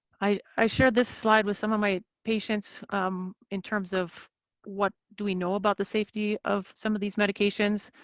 i share this slide with some of my patients in terms of what do we know about the safety of some of these medications.